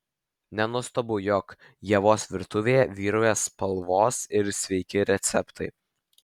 nenuostabu jog ievos virtuvėje vyrauja spalvos ir sveiki receptai